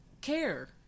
care